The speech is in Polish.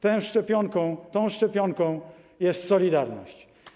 Tą szczepionką jest solidarność.